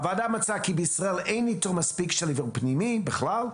הוועדה מצאה כי בישראל אין ניטור מספק של אוורור פנימי בכלל,